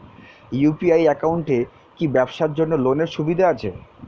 UPI একাউন্টে কি ব্যবসার জন্য লোনের সুবিধা আছে?